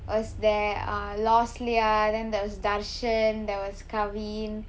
was there uh losliya then there was tharshan there was kavin